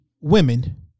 women